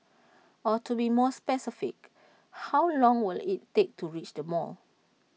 or to be more specific how long will IT take to reach the mall